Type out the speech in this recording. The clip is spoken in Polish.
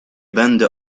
będę